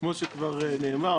כמו שכבר נאמר,